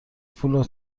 پول